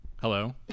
hello